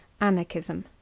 anarchism